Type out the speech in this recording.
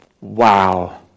wow